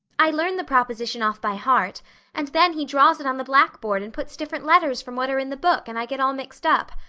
i learn the proposition off by heart and then he draws it on the blackboard and puts different letters from what are in the book and i get all mixed up.